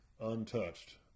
untouched